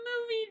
movie